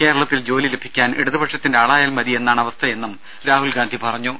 കേരളത്തിൽ ജോലി ലഭിക്കാൻ ഇടുതുപക്ഷത്തിന്റെ ആളായാൽ മതി എന്നാണ് അവസ്ഥയെന്നും രാഹുൽ ഗാന്ധി പറഞ്ഞു